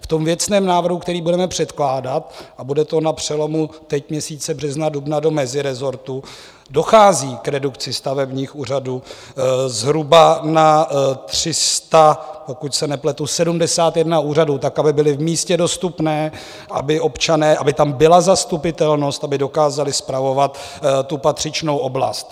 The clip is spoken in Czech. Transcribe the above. Ve věcném návrhu, který budeme předkládat, a bude to na přelomu teď měsíce března a dubna do mezirezortu, dochází k redukci stavebních úřadů zhruba na pokud se nepletu, 371 úřadů tak, aby byly v místě dostupné, aby tam byla zastupitelnost, aby dokázaly spravovat patřičnou oblast.